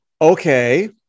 okay